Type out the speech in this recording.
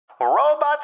Robots